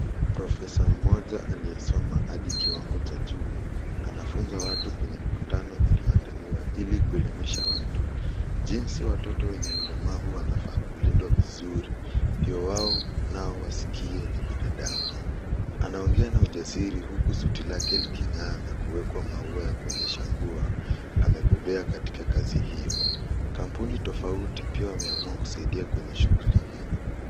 Profesa mmoja aliyesoma hadi kiwango cha juu anafunza watu kwenye mkutano iliyoandaliwa ili kuelemisha watu jinsi watoto wenye ulemavu wanafaa kulindwa vizuri ndio wao nao wasikie ni binadamu. Anaongea na ujasiri huku suti lake liking'aa na kuwekwa maua kuonyesha kuwa amebobea katika kazi hiyo. Kampuni tofauti pia wameamua kusaidia kwenye shughuli hii.